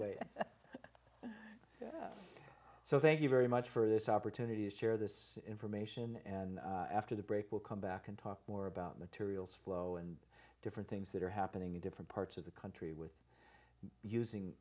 ways so i thank you very much for this opportunity to share this information and after the break we'll come back and talk more about materials flow and different things that are happening in different parts of the country with using